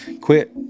quit